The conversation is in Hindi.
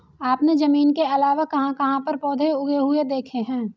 आपने जमीन के अलावा कहाँ कहाँ पर पौधे उगे हुए देखे हैं?